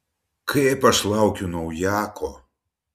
kaip aš laukiu naujako